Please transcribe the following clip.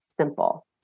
simple